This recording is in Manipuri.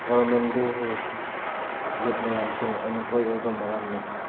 ꯒꯕꯔꯃꯦꯟꯗꯒꯤ ꯌꯨꯠ ꯃꯌꯥꯝꯁꯦ ꯑꯟꯏꯝꯄ꯭ꯂꯣꯏ ꯑꯣꯏꯕ ꯃꯔꯝꯅ